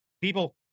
People